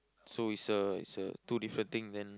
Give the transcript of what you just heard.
so it's a it's a two different then